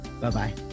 Bye-bye